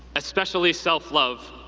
especially self-love,